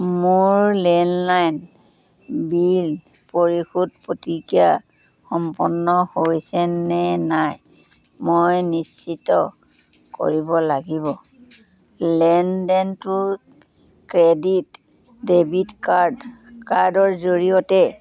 মোৰ landline bill পৰিশোধ প্ৰতিক্ৰিয়া সম্পন্ন হৈছেনে নাই মই নিশ্চিত কৰিব লাগিব লেনদেনটো ক্ৰেডিট ডেবিট কাৰ্ড কাৰ্ডৰ জৰিয়তে